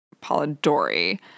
Polidori